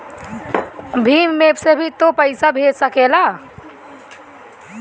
Bhim app से भी तू पईसा भेज सकेला